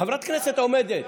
חברת כנסת עומדת.